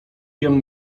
jem